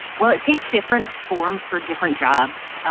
well, it takes different forms for different jobs.